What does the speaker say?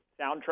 soundtrack